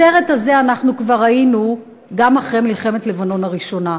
בסרט הזה אנחנו כבר היינו גם אחרי מלחמת לבנון הראשונה.